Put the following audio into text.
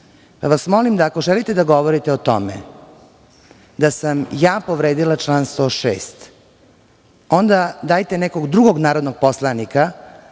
vas, ako želite da govorite o tome, da sam ja povredila član 106. onda dajte nekog drugog narodnog poslanika,